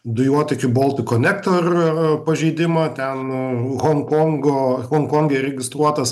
dujotiekio boltik konektor pažeidimą ten honkongo honkonge registruotas